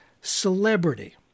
celebrity